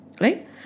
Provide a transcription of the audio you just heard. right